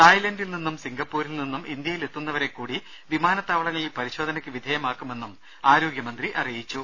തായ്ലന്റിൽ നിന്നും സിംഗപ്പൂരിൽ നിന്നും ഇന്ത്യയിലെത്തുന്നവരെകൂടി വിമാനത്താവളങ്ങളിൽ പരിശോധനയ്ക്ക് വിധേയമാക്കുമെന്ന് ആരോഗ്യമന്ത്രി അറിയിച്ചു